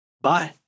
bye